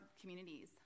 communities